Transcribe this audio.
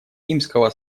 римского